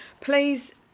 please